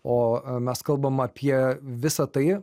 o mes kalbam apie visą tai